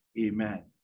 amen